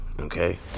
okay